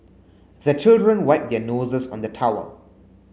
the children wipe their noses on the towel